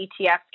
ETFs